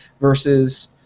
versus